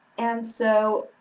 and so,